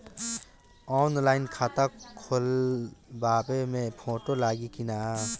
Online खाता खोलबाबे मे फोटो लागि कि ना?